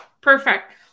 Perfect